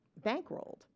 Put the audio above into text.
bankrolled